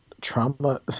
trauma